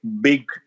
big